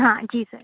हाँ जी सर